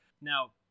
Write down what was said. Now